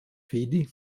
fidi